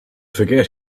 forget